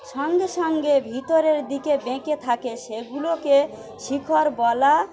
সঙ্গে সঙ্গে ভিতরের দিকে বেঁকে থাকে সেগুলোকে শিখর বলা